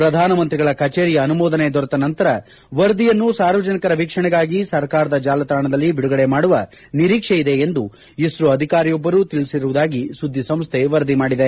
ಪ್ರಧಾನಮಂತ್ರಿಗಳ ಕಚೇರಿಯ ಅನುಮೋದನೆ ದೊರೆತ ನಂತರ ವರದಿಯನ್ನು ಸಾರ್ವಜನಿಕರ ವೀಕ್ಷಣೆಗಾಗಿ ಸರ್ಕಾರದ ಜಾಲತಾಣದಲ್ಲಿ ಬಿಡುಗಡೆ ಮಾಡುವ ನಿರೀಕ್ಷೆ ಇದೆ ಎಂದು ಇಸ್ತೋ ಅಧಿಕಾರಿಯೊಬ್ಬರು ತಿಳಿಸಿರುವುದಾಗಿ ಸುದ್ದಿ ಸಂಸ್ಥೆ ವರದಿ ಮಾಡಿದೆ